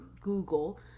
Google